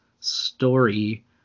story